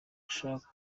bashasha